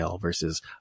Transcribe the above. versus